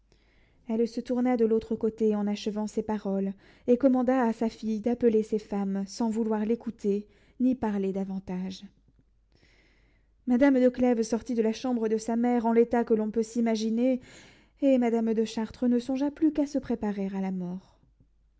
elle se tourna de l'autre côté en achevant ces paroles et commanda à sa fille d'appeler ses femmes sans vouloir l'écouter ni parler davantage madame de clèves sortit de la chambre de sa mère en l'état que l'on peut s'imaginer et madame de chartres ne songea plus qu'à se préparer à la mort